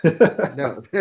No